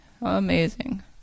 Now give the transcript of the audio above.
amazing